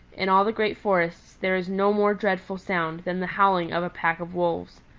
in all the great forests there is no more dreadful sound than the howling of a pack of wolves.